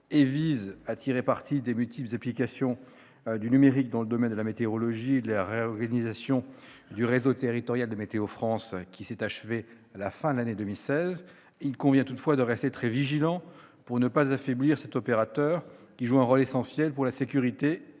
et visent à tirer parti des multiples applications du numérique dans le domaine de la météorologie et de la réorganisation du réseau territorial de Météo France qui s'est achevée à la fin de l'année 2016, il convient toutefois de rester très vigilant pour ne pas affaiblir un opérateur qui joue un rôle essentiel pour la sécurité des personnes